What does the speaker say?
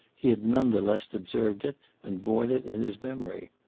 he had none the less observed it and borne it in his memory.